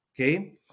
okay